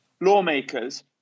lawmakers